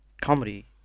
comedy